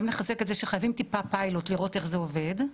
גם לחזק את זה שחייבים טיפה פיילוט לראות איך זה עובד.